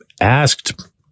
asked